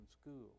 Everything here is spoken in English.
school